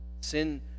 Sin